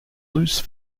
loose